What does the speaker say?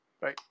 Bye